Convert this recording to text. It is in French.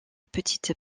petite